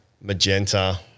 magenta